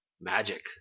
Magic